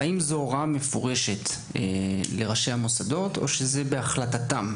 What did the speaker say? האם זו הוראה מפורשת או שהדבר תלוי בהחלטת ראשי המוסדות.